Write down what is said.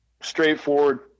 straightforward